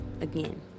again